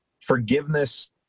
forgiveness